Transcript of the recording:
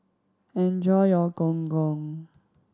enjoy your Gong Gong